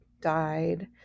died